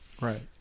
Right